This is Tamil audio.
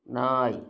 நாய்